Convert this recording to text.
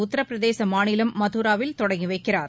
உத்திரபிரதேச மாநிலம் மதுராவில் இன்று தொடங்கி வைக்கிறார்